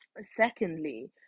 secondly